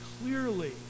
clearly